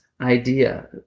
idea